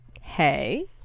Hey